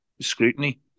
scrutiny